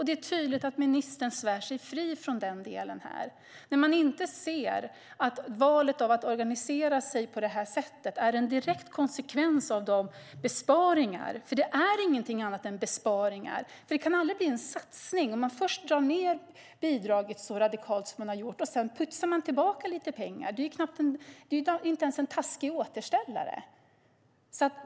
Det är tydligt att ministern svär sig fri från den delen när hon inte ser att valet att organisera sig på det här sättet är en direkt konsekvens av besparingar, för det är ingenting annat än besparingar. Det kan aldrig bli en satsning om man först drar ned bidraget så radikalt som man har gjort och sedan pytsar tillbaka lite pengar. Det är inte ens en taskig återställare.